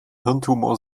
hirntumor